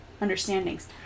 understandings